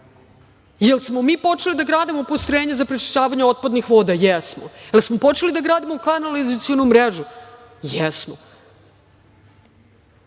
li smo mi počeli da gradimo postrojenja za prečišćavanje otpadnih voda? Jesmo. Da li smo počeli da radimo kanalizacionu mrežu? Jesmo.